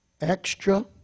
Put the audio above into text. extra